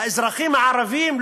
האזרחים הערבים,